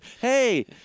hey